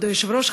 כבוד היושב-ראש,